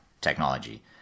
technology